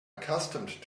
accustomed